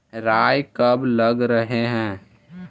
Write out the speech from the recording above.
राई कब लग रहे है?